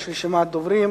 יש רשימת דוברים.